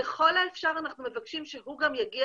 ככל האפשר אנחנו מבקשים שהוא גם יגיע